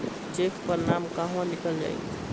Check पर नाम कहवा लिखल जाइ?